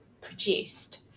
produced